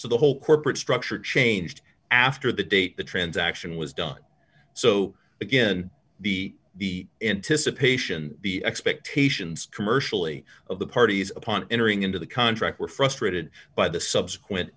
so the whole corporate structure changed after the date the transaction was done so again the the anticipation the expectations commercially of the parties upon entering into the contract were frustrated by the subsequent